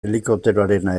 helikopteroarena